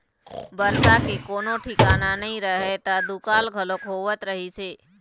बरसा के कोनो ठिकाना नइ रहय त दुकाल घलोक होवत रहिस हे